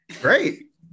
Great